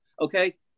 Okay